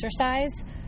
exercise